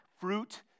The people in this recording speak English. fruit